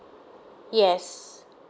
yes